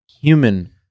human